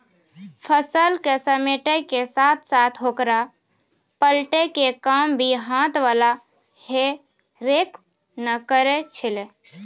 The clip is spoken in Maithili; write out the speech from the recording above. फसल क समेटै के साथॅ साथॅ होकरा पलटै के काम भी हाथ वाला हे रेक न करै छेलै